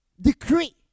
decree